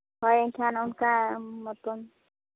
ᱦᱳᱭ ᱮᱱᱠᱷᱟᱱ ᱚᱱᱠᱟ ᱢᱚᱛᱚ